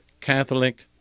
Catholic